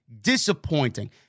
Disappointing